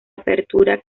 apertura